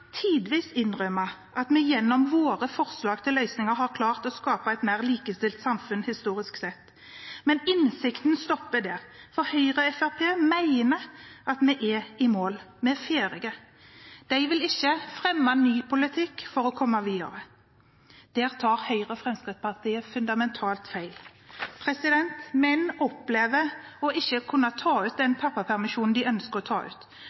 tidvis innrømme at vi gjennom våre forslag til løsninger har klart å skape et mer likestilt samfunn, historisk sett. Men innsikten stopper der, for Høyre og Fremskrittspartiet mener at vi er i mål, at vi er ferdige. De vil ikke fremme ny politikk for å komme videre. Der tar Høyre og Fremskrittspartiet fundamentalt feil. Menn opplever å ikke kunne ta ut den pappapermisjonen de ønsker,